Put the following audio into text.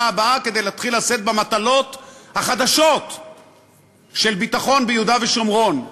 הבאה כדי להתחיל לשאת במטלות החדשות של ביטחון ביהודה ושומרון,